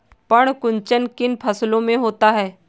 पर्ण कुंचन किन फसलों में होता है?